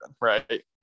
right